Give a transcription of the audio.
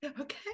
Okay